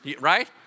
Right